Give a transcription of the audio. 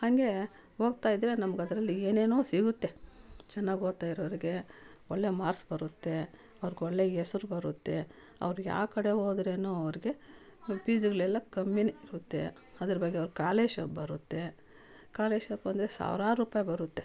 ಹಾಗೆ ಹೋಗ್ತಾಯಿದ್ದರೆ ನಮಗದ್ರಲ್ಲಿ ಏನೇನೋ ಸಿಗುತ್ತೆ ಚೆನ್ನಾಗಿ ಓದ್ತಾ ಇರೋವರೆಗೆ ಒಳ್ಳೆ ಮಾರ್ಸ್ ಬರುತ್ತೆ ಅವ್ರ್ಗೆ ಒಳ್ಳೆ ಹೆಸ್ರು ಬರುತ್ತೆ ಅವರು ಯಾವ ಕಡೆ ಹೋದ್ರೂ ಅವ್ರಿಗೆ ಪೀಸುಗಳೆಲ್ಲ ಕಮ್ಮಿಯೇ ಇರುತ್ತೆ ಅದ್ರೆ ಬಗ್ಗೆ ಅವ್ರ್ಗೆ ಕಾಲರ್ಶಿಪ್ ಬರುತ್ತೆ ಕಾಲರ್ಶಿಪ್ ಬಂದರೆ ಸಾವ್ರಾರು ರೂಪಾಯಿ ಬರುತ್ತೆ